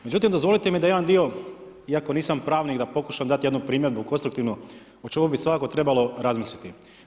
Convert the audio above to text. Međutim dozvolite mi da jedan dio iako nisam pravnik da pokušam dati jednu primjedbu konstruktivnu o čemu bi svakako trebalo razmisliti.